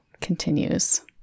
continues